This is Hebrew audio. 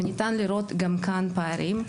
וניתן לראות גם כאן פערים,